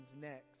next